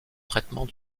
traitement